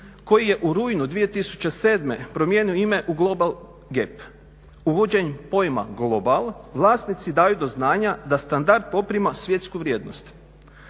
koji je u rujnu 2007. promijenio ime u global gap. Uvođenjem pojma global vlasnici daju do znanja da standard poprima svjetsku vrijednost.